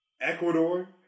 Ecuador